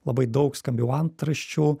labai daug skambių antraščių